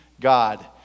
God